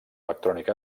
electrònic